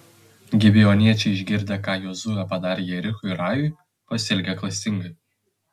gibeoniečiai išgirdę ką jozuė padarė jerichui ir ajui pasielgė klastingai